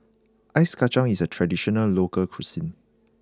Ice Kacang is a traditional local cuisine